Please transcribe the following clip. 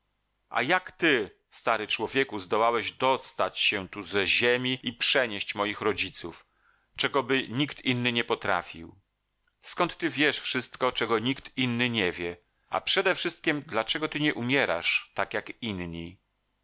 a jak ty stary człowieku zdołałeś dostać się tu ze ziemi i przenieść moich rodziców czegoby nikt inny nie potrafił skąd ty wiesz wszystko czego nikt inny nie wie a przedewszystkiem dlaczego ty nie umierasz tak jak inni